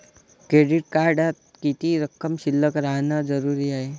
Credit कार्डात किती रक्कम शिल्लक राहानं जरुरी हाय?